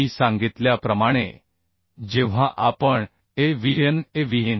मी सांगितल्याप्रमाणे जेव्हा आपण avnavn